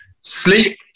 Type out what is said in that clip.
sleep